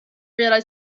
realised